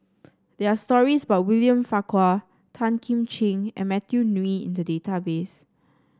there are stories about William Farquhar Tan Kim Ching and Matthew Ngui in the database